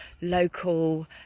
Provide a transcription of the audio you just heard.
local